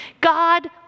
God